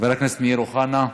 חבר הכנסת אמיר אוחנה,